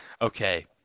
Okay